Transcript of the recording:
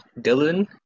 Dylan